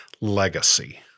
legacy